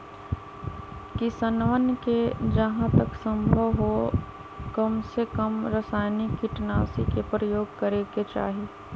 किसनवन के जहां तक संभव हो कमसेकम रसायनिक कीटनाशी के प्रयोग करे के चाहि